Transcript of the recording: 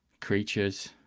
creatures